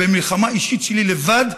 במלחמה אישית שלי לבד,